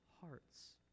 hearts